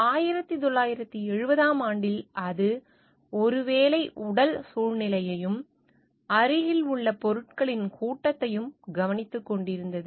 1970 ஆம் ஆண்டில் அது ஒருவேளை உடல் சூழலையும் அருகில் உள்ள பொருட்களின் கூட்டத்தையும் கவனித்துக் கொண்டிருந்தது